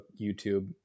YouTube